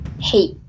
Hey